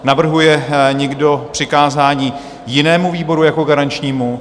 Navrhuje někdo přikázání jinému výboru jako garančnímu?